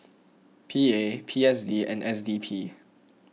P A P S D and S D P